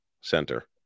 center